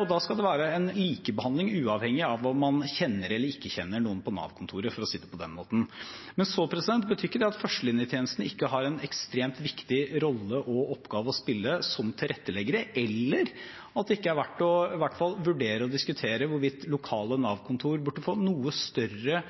og da skal det være likebehandling uavhengig av om man kjenner eller ikke kjenner noen på Nav-kontoret, for å si det på den måten. Det betyr ikke at førstelinjetjenesten ikke har en ekstremt viktig rolle og oppgave å spille som tilrettelegger, eller at det ikke er verdt i hvert fall å vurdere å diskutere hvorvidt lokale Nav-kontor burde få noe større